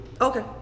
Okay